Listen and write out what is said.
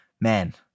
man